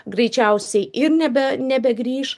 greičiausiai nebe nebegrįš